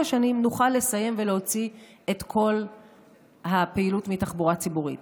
שנים נוכל לסיים ולהוציא את כל הפעילות מתחבורה ציבורית.